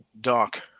Doc